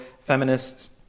feminists